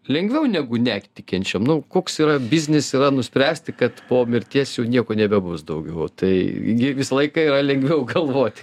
lengviau negu ne tikinčiam nu koks yra biznis yra nuspręsti kad po mirties jau nieko nebebus daugiau tai gi visą laiką yra lengviau galvoti